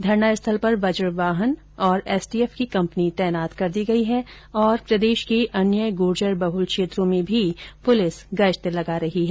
धरना स्थल पर वजवाहन और एसटीएफ की कम्पनी तैनात कर दी गई है और प्रदेश के अन्य गूर्जर बहुल क्षेत्रों में भी पुलिस गश्त लगा रही है